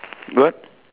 what